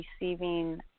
receiving